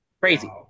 Crazy